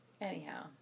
Anyhow